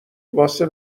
واسه